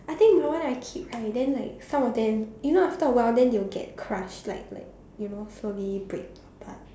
I think the one I keep right then like some of them you know after a while then they'll get crushed like like you know slowly break apart